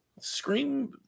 Scream